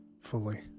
Fully